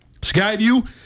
Skyview